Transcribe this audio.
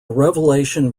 revelation